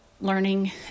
learning